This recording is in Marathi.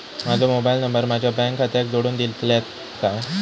माजो मोबाईल नंबर माझ्या बँक खात्याक जोडून दितल्यात काय?